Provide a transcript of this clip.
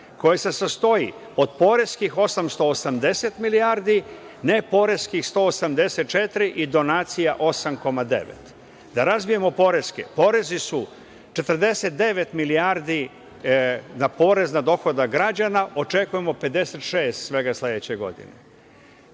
koje se sastoje od poreskih 880 milijardi, neporeskih 184 milijarde i donacija 8,9 milijardi. Da razbijemo poreske. Porezi su 49 milijardi na porez na dohodak građana, očekujemo 56 svega sledeće godine.